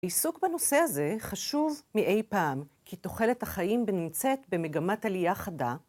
עיסוק בנושא הזה חשוב מאי פעם כי תוחלת החיים נמצאת במגמת עלייה חדה.